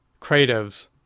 creatives